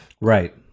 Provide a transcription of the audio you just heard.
right